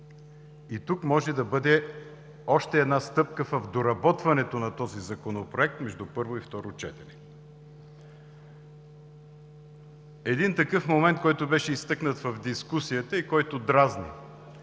и тук може да бъде още една стъпка в доработването на този Законопроект между първо и второ четене. Един такъв момент, който беше изтъкнат в дискусията и който дразни